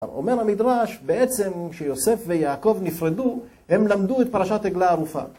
אומר המדרש בעצם כשיוסף ויעקב נפרדו הם למדו את פרשת עגלה ערופה.